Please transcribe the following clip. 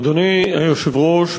אדוני היושב-ראש,